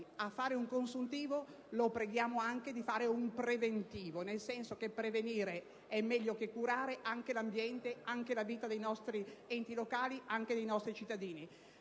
a fare un consuntivo, lo preghiamo di fare anche un preventivo, nel senso che prevenire è meglio che curare, anche rispetto all'ambiente, alla vita dei nostri enti locali e dei nostri cittadini.